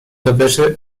rowerze